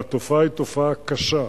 והתופעה היא תופעה קשה.